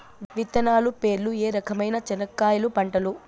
విత్తనాలు పేర్లు ఏ రకమైన చెనక్కాయలు పంటలు?